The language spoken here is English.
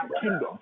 kingdom